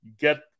get